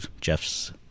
Jeff's